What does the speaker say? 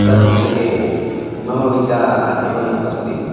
तद्विषये मम विचारः एवम् अस्ति